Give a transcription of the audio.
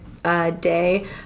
Day